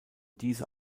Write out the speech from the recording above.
diese